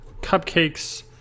cupcakes